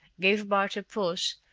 gave bart a push,